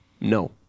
no